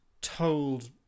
told